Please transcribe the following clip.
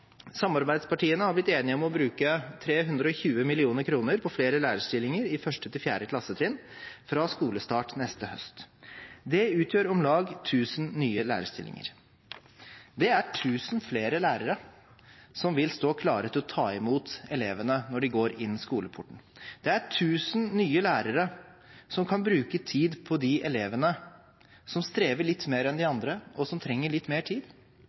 Samarbeidspartiene har blitt enige om å bruke 320 mill. kr på flere lærerstillinger på 1.–4. klassetrinn fra skolestart neste høst. Det utgjør om lag 1 000 nye lærerstillinger. Det er 1 000 flere lærere som vil stå klare til å ta imot elevene når de går inn skoleporten. Det er 1 000 nye lærere som kan bruke tid på de elevene som strever litt mer enn de andre og som trenger litt mer tid,